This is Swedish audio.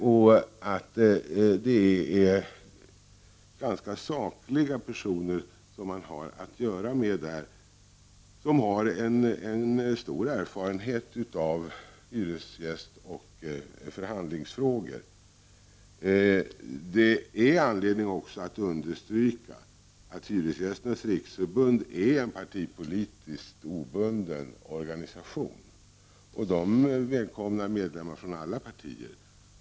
Det är ganska sakliga personer som man där har att göra med och som har en stor erfarenhet av hyresgästoch förhandlingsfrågor. Det är också anledning att understryka att Hyresgästernas riksförbund är en partipolitiskt obunden organisation. Man välkomnar medlemmar från alla partier.